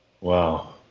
Wow